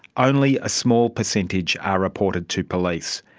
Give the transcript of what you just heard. only a small percentage are reported to police,